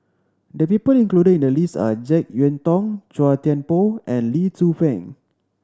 the people included in the list are Jek Yeun Thong Chua Thian Poh and Lee Tzu Pheng